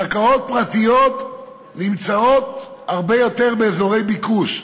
קרקעות פרטיות נמצאות הרבה יותר באזורי ביקוש.